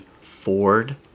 Ford